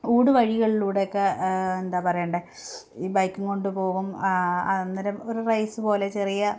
ഊട് വഴികളിലൂടെയൊക്കെ എന്താ പറയേണ്ടേ ഈ ബൈക്കിങ് കൊണ്ട് പോകും അന്നേരം ഒരു റേസ് പോലെ ചെറിയ